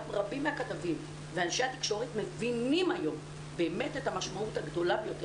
גם רבים מהכתבים ואנשי התקשורת מבינים היום באמת את המשמעות הגדולה ביותר